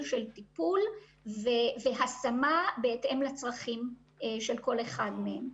של טיפול והשמה בהתאם לצרכים של כל אחד מהם.